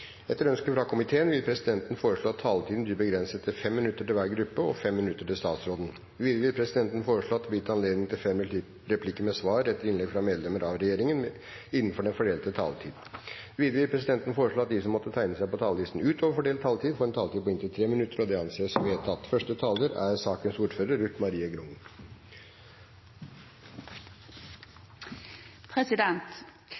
Etter ønske fra næringskomiteen vil presidenten foreslå at taletiden blir begrenset til 5 minutter til hver gruppe og 5 minutter til statsråden. Videre vil presidenten foreslå at det blir gitt anledning til tre replikker med svar etter innlegg fra medlemmer av regjeringen innenfor den fordelte taletid. Videre vil presidenten foreslå at de som måtte tegne seg på talerlisten utover den fordelte taletid, får en taletid på inntil 3 minutter. – Det anses vedtatt. Den saken som vi nå skal behandle, er